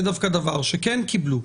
זה דווקא דבר שכן קיבלו,